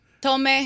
Tome